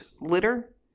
litter